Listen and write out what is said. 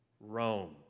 Rome